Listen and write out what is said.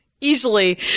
easily